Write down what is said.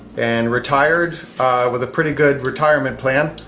and retired with a pretty good retirement plan,